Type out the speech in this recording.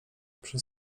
przy